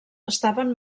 estaven